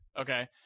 Okay